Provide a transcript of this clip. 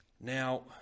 now